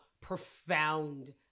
profound